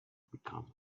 become